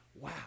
Wow